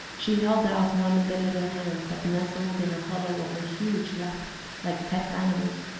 she held out one of the little hands that nestled in a hollow of her huge lap like pet animals,